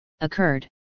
occurred